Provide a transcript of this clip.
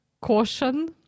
caution